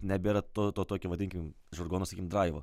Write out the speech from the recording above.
nebėra to to tokio vadinkim žargono sakykim draivo